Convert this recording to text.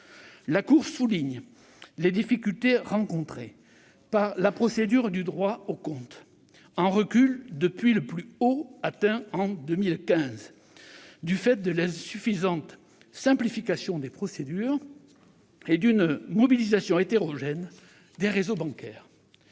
La Cour souligne les difficultés rencontrées par la procédure du droit au compte, en recul depuis qu'elle a atteint son plus haut niveau d'application en 2015, du fait de l'insuffisante simplification des procédures et d'une mobilisation hétérogène des réseaux bancaires.